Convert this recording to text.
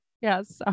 Yes